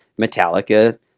Metallica